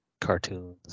cartoons